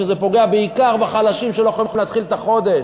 שזה פוגע בעיקר בחלשים שלא יכולים להתחיל את החודש.